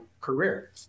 career